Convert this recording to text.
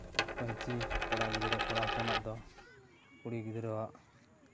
ᱯᱟᱹᱧᱪᱤ ᱠᱚᱲᱟ ᱜᱤᱫᱽᱨᱟᱹ ᱠᱚᱲᱟ ᱦᱚᱯᱚᱱᱟᱜ ᱫᱚ ᱠᱩᱲᱤ ᱜᱤᱫᱽᱨᱟᱹᱣᱟᱜ